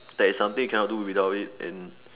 that is something you cannot do without it and